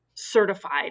Certified